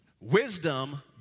Wisdom